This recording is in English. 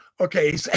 Okay